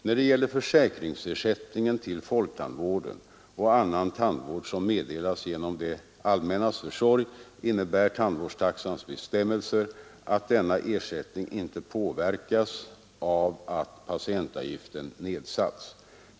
När det gäller försäkringsersättningen till folktandvården och annan tandvård som meddelas genom det allmännas försorg innebär tandvårdstaxans bestämmelser att denna ersättning inte påverkas av att patientavgiften nedsatts.